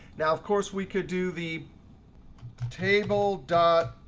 now, of course, we could do the table dot